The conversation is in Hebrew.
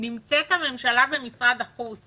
נמצאת הממשלה במשרד החוץ